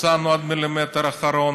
יצאנו עד המילימטר האחרון,